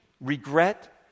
regret